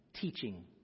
teaching